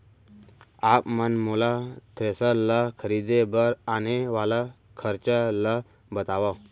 आप मन मोला थ्रेसर ल खरीदे बर आने वाला खरचा ल बतावव?